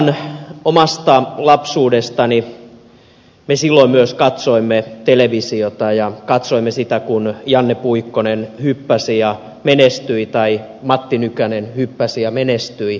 muistan omasta lapsuudestani että me silloin myös katsoimme televisiota ja katsoimme sitä kun janne puikkonen hyppäsi ja menestyi tai matti nykänen hyppäsi ja menestyi